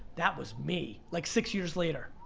that was me, like six years later.